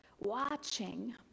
watching